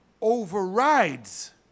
overrides